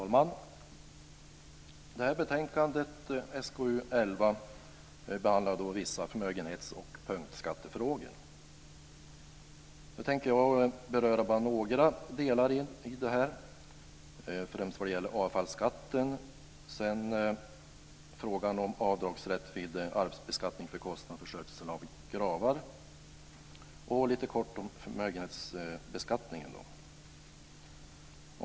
Herr talman! Betänkandet SkU11 behandlar vissa förmögenhets och punktskattefrågor. Jag tänker beröra bara några av dessa, främst det som gäller avfallsskatten men också frågan om avdragsrätt vid arvsbeskattningen för kostnad för skötsel av gravar och, lite kort, frågan om förmögenhetsbeskattningen.